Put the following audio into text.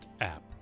app